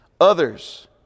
others